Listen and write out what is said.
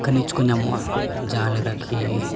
ᱠᱷᱚᱱᱤᱡᱽ ᱠᱚ ᱧᱟᱢᱚᱜᱼᱟ ᱡᱟᱦᱟᱸᱞᱮᱠᱟ ᱠᱤ